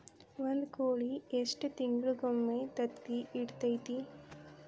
ಒಂದ್ ಕೋಳಿ ಎಷ್ಟ ತಿಂಗಳಿಗೊಮ್ಮೆ ತತ್ತಿ ಇಡತೈತಿ?